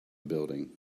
building